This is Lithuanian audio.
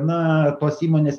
na tos įmonės